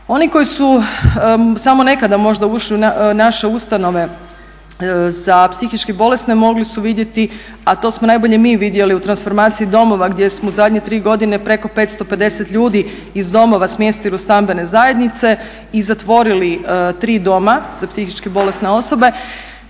Oni koji su samo nekada možda ušli u naše ustanove za psihički bolesne mogli su vidjeti, a to smo najbolje mi vidjeli u transformaciji domova gdje smo u zadnje tri godine preko 550 ljudi iz domova smjestili u stambene zajednice i zatvorili 3 doma za psihički bolesne osobe,